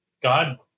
God